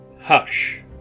Hush